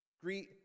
Greet